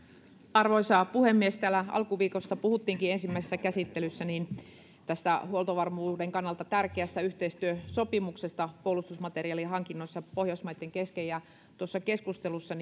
arvoisa puhemies täällä alkuviikosta puhuttiinkin ensimmäisessä käsittelyssä tästä huoltovarmuuden kannalta tärkeästä yhteistyösopimuksesta puolustusmateriaalihankinnoissa pohjoismaitten kesken jo tuossa keskustelussa